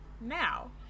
Now